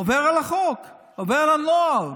עובר על החוק, עובר על הנוהל.